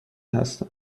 هستم